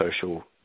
social